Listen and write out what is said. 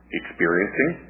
experiencing